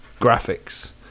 graphics